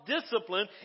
Discipline